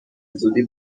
زودی